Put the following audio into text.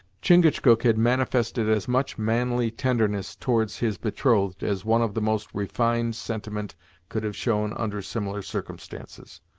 chingachgook had manifested as much manly tenderness towards his betrothed as one of the most refined sentiment could have shown under similar circumstances,